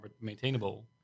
maintainable